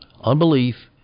unbelief